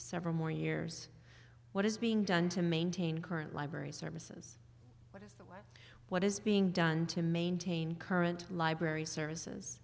several more years what is being done to maintain current library services what is being done to maintain current library services